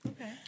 okay